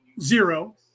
Zero